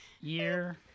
year